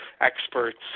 experts